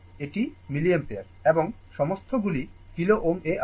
এটি মিলিয়ামপার এবং সমস্ত গুলি kilo Ω এ আছে